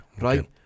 Right